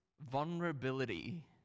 vulnerability